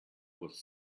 was